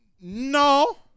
no